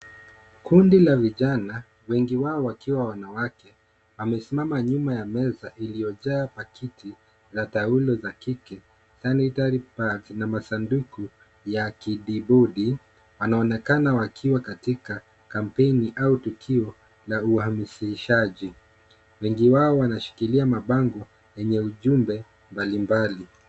Kundi la vijana, wengi wao wakiwa wanawake wamesimama nyuma ya meza iliyojaa pakiti za taulo za kike, sanitary pads na masanduku ya kidibudi. Wanaonekana wakiwa katika kampeni au tukio la uhamasishaji. Wengi wao wanashikilia mabango yenye ujumbe mbali mbali.